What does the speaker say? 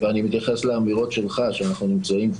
וכדאי גם שנשווה את עצמנו למה שקורה לא רק בארץ,